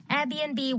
Airbnb